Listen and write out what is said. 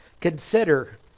Consider